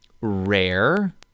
rare